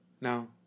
Now